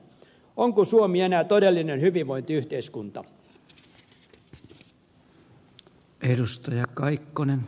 onko suomi enää todellinen hyvinvointiyhteiskunta